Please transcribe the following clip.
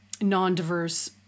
non-diverse